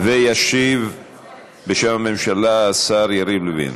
ישיב בשם הממשלה השר יריב לוין.